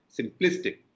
simplistic